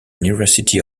university